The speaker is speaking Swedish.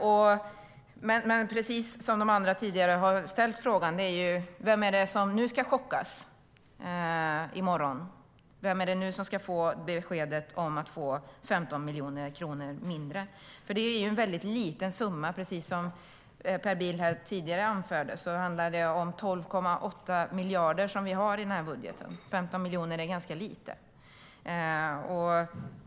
Men precis som de andra som har ställt frågan undrar jag över vem det nu är som ska chockas i morgon? Vem är det nu som ska få beskedet om 15 miljoner kronor mindre? Det är en väldigt liten summa. Precis som Per Bill anförde här tidigare har vi 12,8 miljarder i den här budgeten. 15 miljoner är då ganska lite.